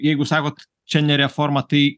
jeigu sakot čia ne reforma tai